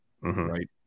Right